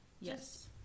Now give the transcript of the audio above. Yes